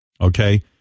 okay